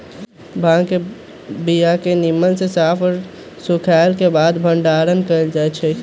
भांग के बीया के निम्मन से साफ आऽ सुखएला के बाद भंडारण कएल जाइ छइ